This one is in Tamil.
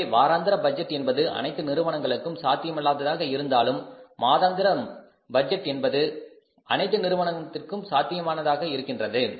எனவே வாராந்திர பட்ஜெட் என்பது அனைத்து நிறுவனங்களுக்கும் சாத்தியமில்லாததாக இருந்தாலும் மாதாந்திர பட்ஜெட் என்பது அனைத்து நிறுவனத்திற்கும் சாத்தியமானதாக இருக்கின்றது